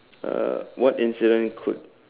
uh what incident could